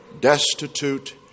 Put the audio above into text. destitute